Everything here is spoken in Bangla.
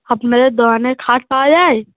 আপনাদের দোকানে খাট পাওয়া যায়